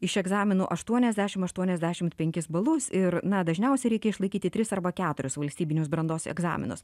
iš egzaminų aštuoniasdešimt atuoniasdešimt penkis balus ir na dažniausiai reikia išlaikyti tris arba keturis valstybinius brandos egzaminus